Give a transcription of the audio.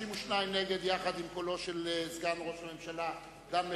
32 נגד יחד עם קולו של סגן ראש הממשלה דן מרידור,